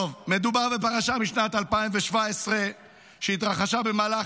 מדובר בפרשה משנת 2017 שהתרחשה במהלך